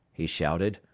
he shouted.